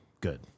good